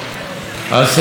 הוא נכנס לאולם,